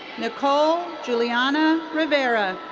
nicole julianna rivera.